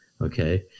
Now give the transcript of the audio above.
okay